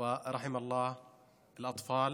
ויהי זכרם של הילדים ברוך.)